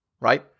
right